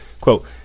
quote